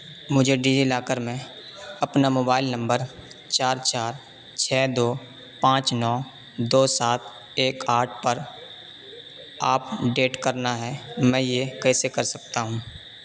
مجھے DigiLocker میں اپنا موبائل نمبر چار چار چھ دو پانچ نو دو سات ایک آٹھ پر آپڈیٹ کرنا ہے میں یہ کیسے کر سکتا ہوں